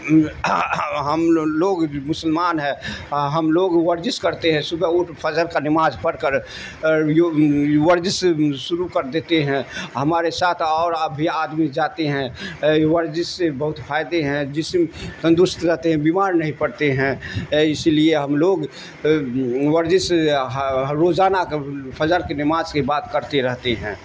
ہمو لوگ مسلمان ہے ہم لوگ ورزش کرتے ہیں صبح اٹ فضر کا نمااز پڑھ کر ورزش شروع کر دیتے ہیں ہمارے ساتھ اور اپ بھی آدمی جاتے ہیں ورزش سے بہت فائدے ہیں جسم تندرست رہتے ہیں بیمار نہیں پڑتے ہیں اسی لیے ہم لوگ ورزش روزانہ فضر کے نماز کے بات کرتے رہتے ہیں